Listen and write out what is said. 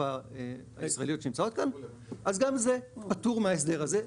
וגם זה פטור מההסדר הזה.